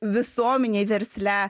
visuomenėj versle